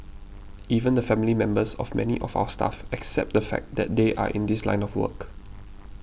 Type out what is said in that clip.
even the family members of many of our staff accept the fact that they are in this line of work